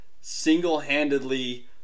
single-handedly